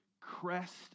crest